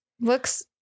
Looks